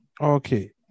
Okay